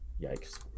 Yikes